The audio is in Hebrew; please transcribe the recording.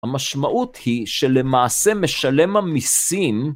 המשמעות היא שלמעשה משלם המסים.